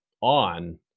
on